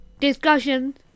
Discussion